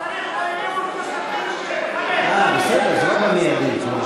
המוסד הזה של האי-אמון הולך